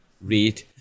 read